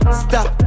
stop